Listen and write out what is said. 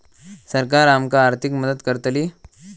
सरकार आमका आर्थिक मदत करतली?